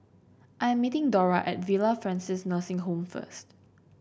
I am meeting Dora at Villa Francis Nursing Home first